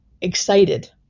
excited